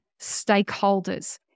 stakeholders